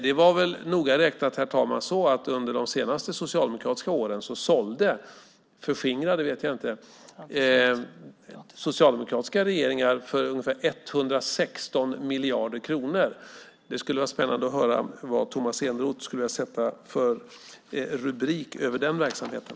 Det var väl noga räknat så, herr talman, att under de sista socialdemokratiska åren sålde - förskingrade vet jag inte - regeringen för ungefär 116 miljarder kronor. Det skulle vara spännande att få höra vad Tomas Eneroth vill sätta för rubrik över den verksamheten.